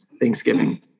Thanksgiving